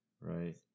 right